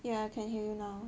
yeah I can hear you now